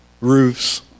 roofs